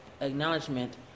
acknowledgement